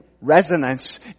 resonance